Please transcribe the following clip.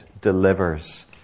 delivers